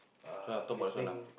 this one lah talk about this one lah